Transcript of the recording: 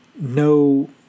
no